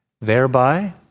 thereby